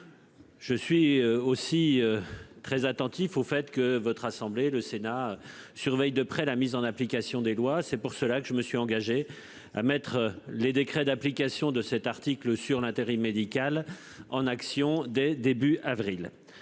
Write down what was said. Je suis aussi. Très attentif au fait que votre assemblée, le Sénat surveille de près la mise en application des lois, c'est pour cela que je me suis engagé à mettre les décrets d'application de cet article sur l'intérim médical en action dès début avril.